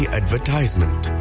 advertisement